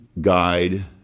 guide